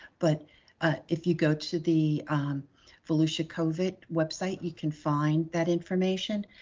but if you go to the volusia covid website, you can find that information,